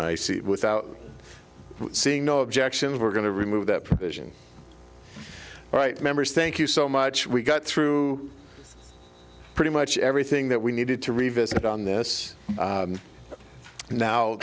see without seeing no objections we're going to remove that provision right members thank you so much we got through pretty much everything that we needed to revisit on this